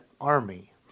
army